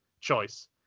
choice